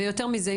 ויותר מזה,